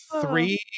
three